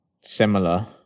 similar